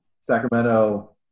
Sacramento